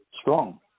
strong